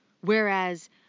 Whereas